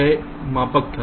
यह एक मापक था